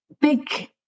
big